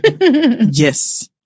Yes